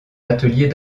atelier